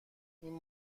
این